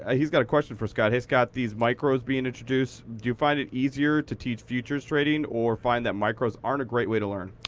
ah he's got a question for scott. hey, scott, these micros being introduced, do you find it easier to teach futures trading, or find that micros aren't a great way to learn?